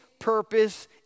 purpose